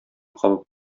кабып